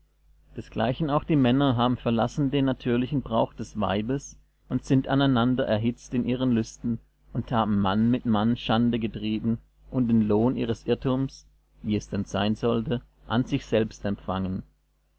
desgleichen auch die männer haben verlassen den natürlichen brauch des weibes und sind aneinander erhitzt in ihren lüsten und haben mann mit mann schande getrieben und den lohn ihres irrtums wie es denn sein sollte an sich selbst empfangen